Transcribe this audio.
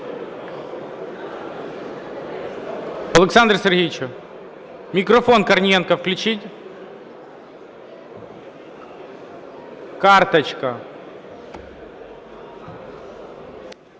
Олександре Сергійовичу! Мікрофон Корнієнка включіть. Карточка.